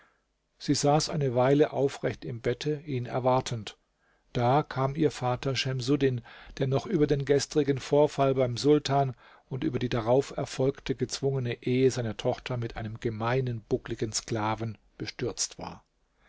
sie saß eine weile aufrecht im bette ihn erwartend da kam ihr vater schemsuddin der noch über den gestrigen vorfall beim sultan und über die darauf erfolgte gezwungene ehe seiner tochter mit einem gemeinen buckligen sklaven bestürzt war